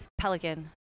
Pelican